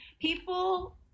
people